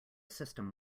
system